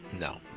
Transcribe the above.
No